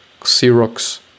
xerox